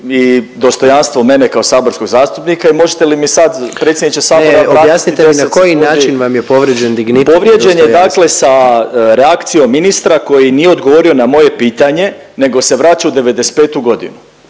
i dostojanstvo mene kao saborskog zastupnika i možete li mi sad predsjedniče sabora vratiti 10 sekundi. …/Upadica predsjednik: Ne, koji način vam je povrijeđen dignitet i dostojanstvo./… Povrijeđen je dakle sa reakcijom ministra koji nije odgovorio na moje pitanje nego se vraća u '95. godinu.